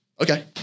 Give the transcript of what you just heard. okay